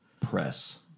press